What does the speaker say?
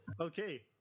Okay